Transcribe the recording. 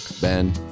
Ben